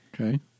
Okay